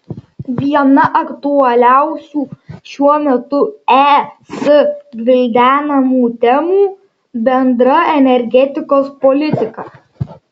viena aktualiausių šiuo metu es gvildenamų temų bendra energetikos politika